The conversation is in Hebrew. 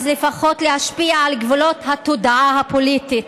אז לפחות להשפיע על גבולות התודעה הפוליטית,